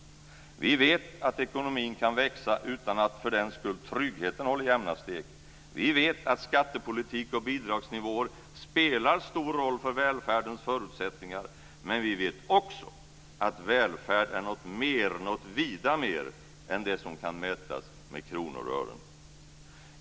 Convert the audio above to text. Vi vet att ekonomin kan växa utan att för den skull tryggheten håller jämna steg. Vi vet att skattepolitik och bidragsnivåer spelar stor roll för välfärdens förutsättningar, men vi vet också att välfärd är något mer, något vida mer, än det som kan mätas i kronor och ören.